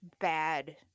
bad